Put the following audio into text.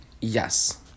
Yes